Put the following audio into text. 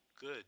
good